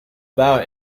about